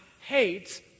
hates